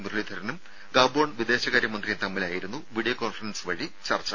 മുരളീധരനും Gabon വിദേശകാര്യ മന്ത്രിയും തമ്മിലായിരുന്നു വിഡിയോ കോൺഫറൻസ് വഴി ചർച്ചു